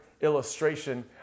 illustration